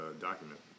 document